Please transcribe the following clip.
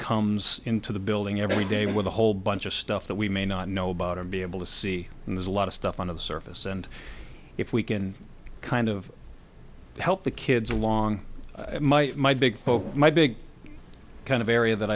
comes into the building every day with a whole bunch of stuff that we may not know about or be able to see and there's a lot of stuff on the surface and if we can kind of help the kids along my big hope my big kind of area that